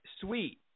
sweet